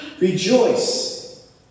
Rejoice